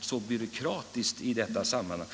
så byråkratiskt i detta sammanhang.